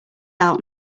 out